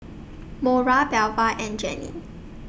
Mora Belva and Jeane